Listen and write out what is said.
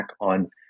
on